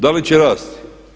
Da li će rasti?